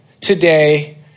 today